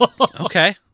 Okay